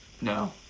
No